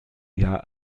jahr